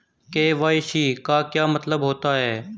KYC का क्या मतलब होता है?